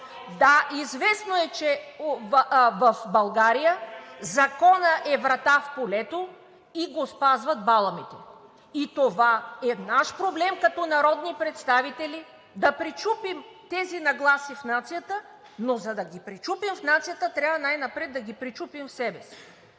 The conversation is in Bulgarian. Да, известно е, че в България законът е врата в полето и го спазват баламите, и това е наш проблем като народни представители да пречупим тези нагласи в нацията, но за да ги пречупим в нацията трябва най-напред да ги пречупим в себе си.